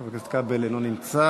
חבר הכנסת כבל, אינו נמצא.